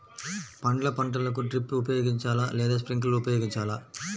పండ్ల పంటలకు డ్రిప్ ఉపయోగించాలా లేదా స్ప్రింక్లర్ ఉపయోగించాలా?